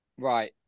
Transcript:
Right